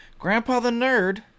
GrandpaTheNerd